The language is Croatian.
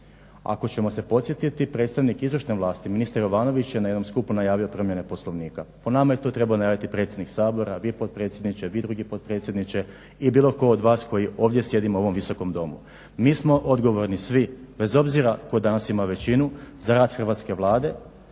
Ako ćemo se podsjetiti, predstavnik izvršne vlasti ministar Jovanović je na jednom skupu najavio promjene Poslovnika. Po nama je to trebao najaviti predsjednik Sabora, vi potpredsjedniče, vi drugi potpredsjedniče i bilo tko od vas koji ovdje sjedimo u ovom Visokom domu. Mi smo odgovorni svi bez obzira tko danas ima većinu za rad hrvatske Vlade,